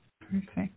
Perfect